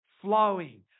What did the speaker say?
flowing